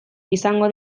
izango